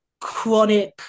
chronic